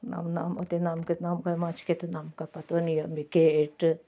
नाम नाम ओतेक नामके नामपर माँछके तऽ नामके पतो नहि यऽ ब्रिकेट